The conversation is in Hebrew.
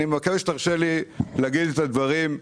עכשיו אני מבקש שתרשה לי להגיד את הדברים.